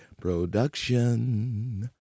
Production